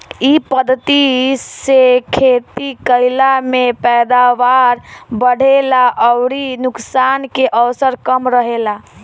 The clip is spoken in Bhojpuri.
इ पद्धति से खेती कईला में पैदावार बढ़ेला अउरी नुकसान के अवसर कम रहेला